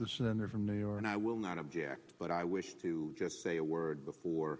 the senator from new york and i will not object but i wish to just say a word before